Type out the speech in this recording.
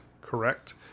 correct